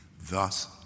thus